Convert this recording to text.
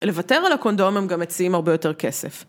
לוותר על הקונדום הם גם מציעים הרבה יותר כסף.